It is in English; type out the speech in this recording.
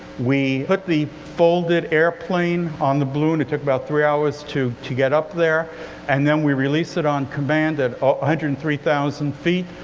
we put the folded airplane on the balloon it took about three hours to to get up there and then we released it on command at one ah hundred and three thousand feet,